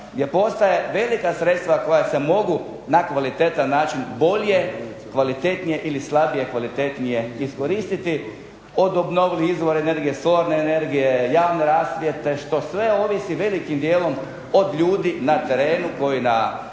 gdje postoje velika sredstva koja se mogu na kvalitetan način bolje, kvalitetnije ili slabije kvalitetnije iskoristiti, od obnovljivih izvora energije, solarne energije, javne rasvjete, što sve ovisi velikim dijelom od ljudi na terenu koji na